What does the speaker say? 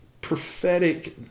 prophetic